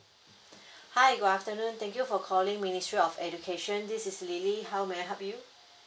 hi good afternoon thank you for calling ministry of education this is lily how may I help you